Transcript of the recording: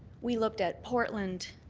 we looked at portland,